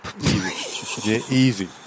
Easy